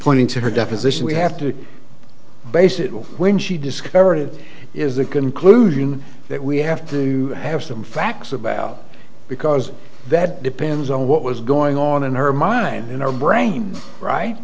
pointing to her deposition we have to base it will when she discovered it is a conclusion that we have to have some facts about because that depends on what was going on in her mind in our brains right